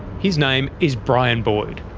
his name is brian boyd.